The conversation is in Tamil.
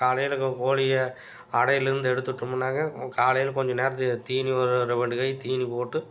காலையில் கோ கோழியை அடையிலிருந்து எடுத்துகிட்டோமுன்னாங்க காலையில் கொஞ்ச நேரத்துக்கு தீனி ஒரு ரெண்டு கை தீனி போட்டு